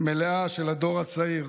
מלאה של הדור הצעיר,